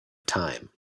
time